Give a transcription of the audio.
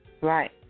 Right